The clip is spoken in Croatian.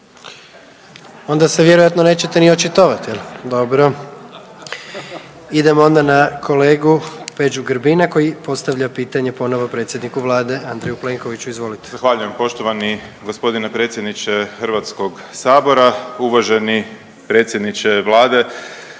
Onda se vjerojatno nećete ni očitovati jel? Dobro. **Jandroković, Gordan (HDZ)** Idemo onda na kolegu Peđu Grbina, koji postavlja pitanje ponovo predsjedniku vlade, Andreju Plenkoviću. Izvolite. **Grbin, Peđa (SDP)** Zahvaljujem poštovani gospodine predsjedniče Hrvatskog sabora. Uvaženi predsjedniče vlade,